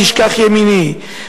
תשכח ימיני'.